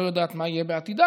לא יודעת מה יהיה עתידה,